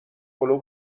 پلو